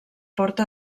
porta